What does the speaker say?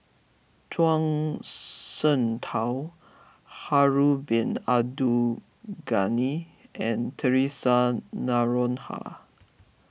Zhuang Shengtao Harun Bin Abdul Ghani and theresa Noronha